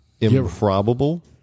improbable